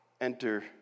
enter